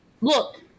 Look